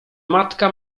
matka